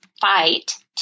fight